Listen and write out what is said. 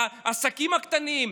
העסקים הקטנים,